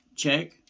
check